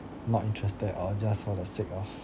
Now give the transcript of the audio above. not interested or just for the sake of